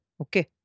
Okay